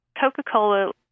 Coca-Cola